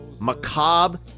macabre